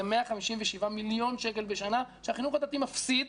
זה 157 מיליון שקל בשנה שהחינוך הדתי מפסיד,